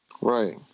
Right